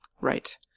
Right